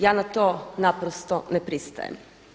Ja na to naprosto ne pristajem.